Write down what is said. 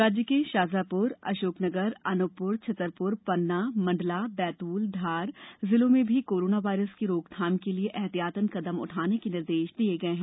राज्य के शाजापुर अशोकनगर अनूपपुर छतरपुर पन्ना मंडला बैतूल धार जिलों में भी कोराना वायरस की रोकथाम के लिये एहतियाती कदम उठाने के निर्देश दिये गये हैं